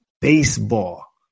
baseball